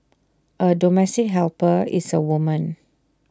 A domestic helper is A woman